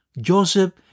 Joseph